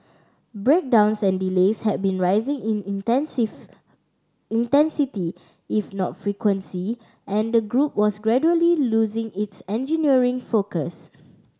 breakdowns and delays had been rising in intensits intensity if not frequency and the group was gradually losing its engineering focus